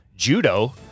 Judo